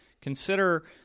Consider